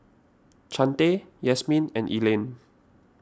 Chante Yasmeen and Elaine